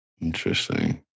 Interesting